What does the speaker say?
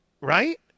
Right